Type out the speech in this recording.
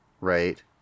right